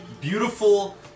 Beautiful